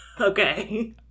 Okay